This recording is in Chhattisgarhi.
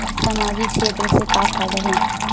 सामजिक क्षेत्र से का फ़ायदा हे?